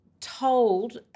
told